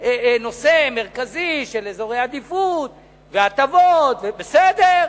נושא מרכזי של אזורי עדיפות והטבות, בסדר.